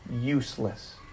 useless